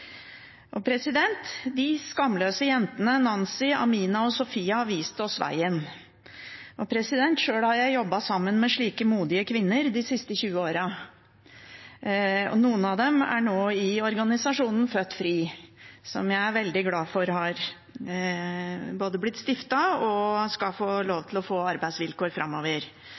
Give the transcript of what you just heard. De skamløse jentene Nancy, Amina og Sofia viste oss veien. Sjøl har jeg jobbet sammen med slike modige kvinner de siste 20 årene. Noen av dem er nå i organisasjonen Født Fri, som jeg er veldig glad for er blitt stiftet og skal få